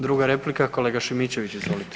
Druga replika, kolega Šimičević, izvolite.